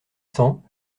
cents